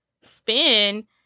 spin